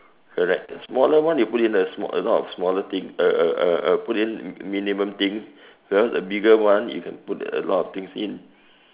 correct smaller one you put in a small a lot of smaller thing uh uh uh uh put in minimum things whereas a bigger one you can put a lot of things in